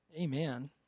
Amen